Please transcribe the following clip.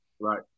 Right